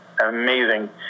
amazing